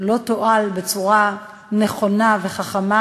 לא תועל בצורה נכונה וחכמה,